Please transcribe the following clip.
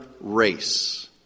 race